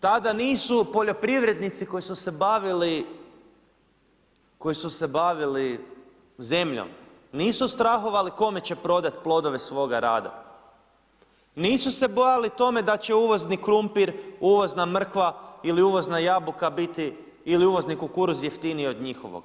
Tada nisu poljoprivrednici koji su se bavili, koji su se bavili zemljom nisu strahovali kome će prodati plodove svoga rada, nisu se bojali toga da će uvozni krumpir, uvozna mrkva ili uvozna jabuka biti ili uvozni kukuruz jeftiniji od njihovog.